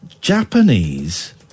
Japanese